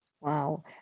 Wow